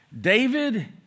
David